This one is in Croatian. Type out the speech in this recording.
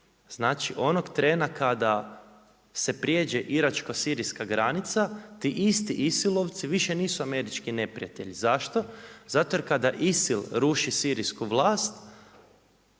Znači onog trena kad se prijeđe iračko-sirijska granica ti isti ISIL-ovci više nisu američki neprijatelji. Zašto? Zato jer kada ISIL ruši sirijsku vlast